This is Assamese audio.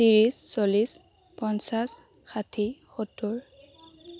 ত্ৰিছ চল্লিছ পঞ্চাছ ষাঠি সত্তৰ